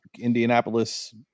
Indianapolis